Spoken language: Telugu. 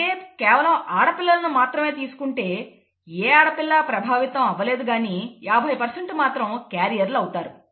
అదే కేవలం ఆడపిల్లలను మాత్రమే తీసుకుంటే ఏ ఆడపిల్ల ప్రభావితం అవ్వలేదు కానీ 50 మాత్రం క్యారియర్లు అవుతారు